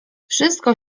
wszystko